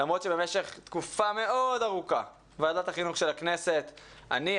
למרות שבמשך תקופה מאוד ארוכה ועדת החינוך של הכנסת אני,